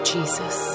Jesus